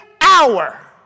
hour